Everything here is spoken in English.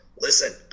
listen